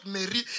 Mary